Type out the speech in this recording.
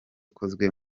ikozwe